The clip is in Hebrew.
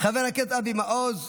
חבר הכנסת אבי מעוז,